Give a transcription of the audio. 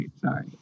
Sorry